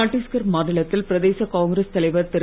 சட்டீஸ்கர் மாநிலத்தில் பிரதேச காங்கிரஸ் தலைவர் திரு